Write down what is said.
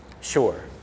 sure